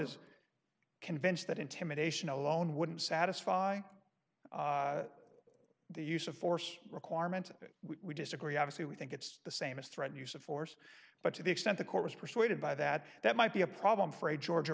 is convinced that intimidation alone wouldn't satisfy the use of force requirement that we disagree obviously we think it's the same as threat use of force but to the extent the court was persuaded by that that might be a problem for a georgia